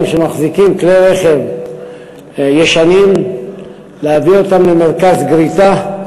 שמחזיקים כלי רכב ישנים להביא אותם למרכז גריטה,